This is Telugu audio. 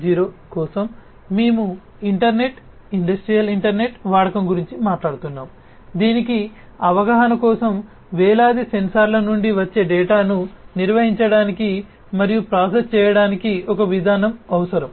0 కోసం మేము ఇంటర్నెట్ ఇండస్ట్రియల్ ఇంటర్నెట్ వాడకం గురించి మాట్లాడుతున్నాము దీనికి అవగాహన కోసం వేలాది సెన్సార్ల నుండి వచ్చే డేటాను నిర్వహించడానికి మరియు ప్రాసెస్ చేయడానికి ఒక విధానం అవసరం